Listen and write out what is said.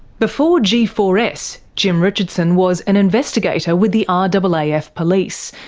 before g four s, jim richardson was an investigator with the ah and but like raaf police,